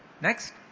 next